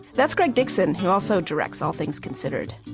that's greg dixon who also directs all things considered.